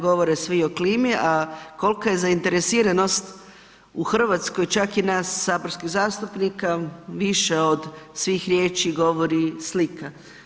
Govore svi o klimi, a kolika je zainteresiranost u Hrvatskoj čak i nas saborskih zastupnika, više od svih riječi govori slika.